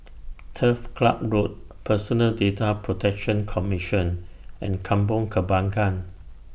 Turf Club Road Personal Data Protection Commission and Kampong Kembangan